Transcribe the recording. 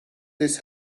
this